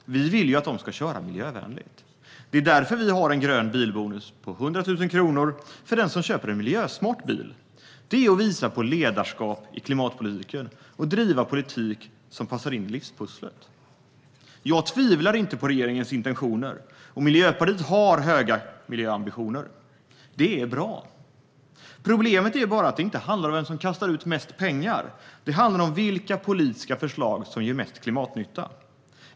Vi vill att de ska köra miljövänligt. Därför föreslår vi en grön bilbonus på 100 000 kronor för den som köper en miljösmart bil - det är att visa på ledarskap i klimatpolitiken och driva politik som passar in i livspusslet. Jag tvivlar inte på regeringens intentioner. Miljöpartiet har höga miljöambitioner, och det är bra. Problemet är att det inte handlar om vem som kastar ut mest pengar, utan det handlar om vilka politiska förslag som ger mest klimatnytta.